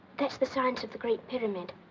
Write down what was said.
that's the science of the great pyramid.